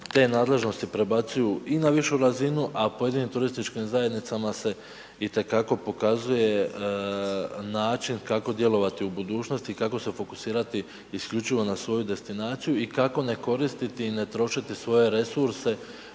te nadležnosti prebacuju i na višu razinu, a pojedinim turističkim zajednicama se itekako pokazuje način kako djelovati u budućnosti i kako se fokusirati isključivo na svoju destinaciju i kako ne koristiti i ne trošiti svoje resurse.